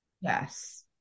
yes